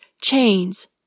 chains